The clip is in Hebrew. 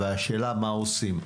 והשאלה מה עושים.